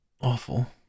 Awful